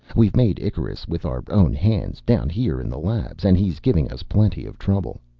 we've made icarus with our own hands, down here in the labs. and he's giving us plenty of trouble.